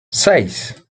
seis